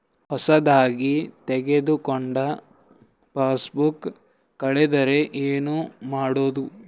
ಹೊಸದಾಗಿ ತೆಗೆದುಕೊಂಡ ಪಾಸ್ಬುಕ್ ಕಳೆದರೆ ಏನು ಮಾಡೋದು?